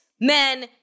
men